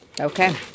Okay